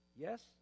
Yes